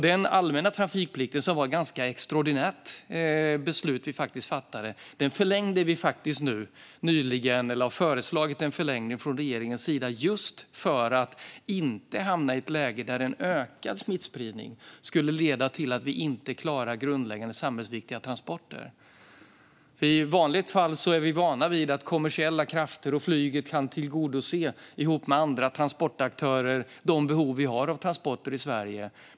Det var ett extraordinärt beslut vi fattade, och nu har det från regeringens sida föreslagits en förlängning av den allmänna trafikplikten just för att inte hamna i ett läge där en ökad smittspridning skulle leda till att vi inte klarar grundläggande samhällsviktiga transporter. I vanliga fall är vi vana vid att kommersiella krafter och flyget kan tillgodose, ihop med andra transportaktörer, de behov av transporter som finns i Sverige.